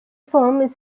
forms